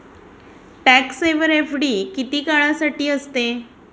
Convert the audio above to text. Tax saver FD किती काळासाठी असते?